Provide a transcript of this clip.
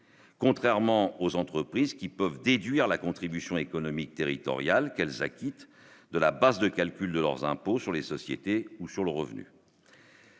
contrairement aux entreprises qui peuvent déduire la contribution économique territoriale qu'elle s'acquitte de la base de calcul de leurs impôts sur les sociétés ou sur le revenu.